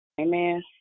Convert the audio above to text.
Amen